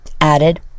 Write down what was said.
added